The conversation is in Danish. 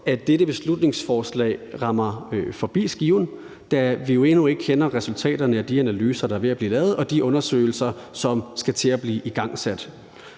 at dette beslutningsforslag rammer forbi skiven. For vi kender jo endnu ikke resultaterne af de analyser, der er ved at blive lavet, og de undersøgelser, som skal til at blive igangsat.